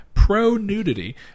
Pro-nudity